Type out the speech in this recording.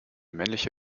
männliche